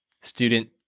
student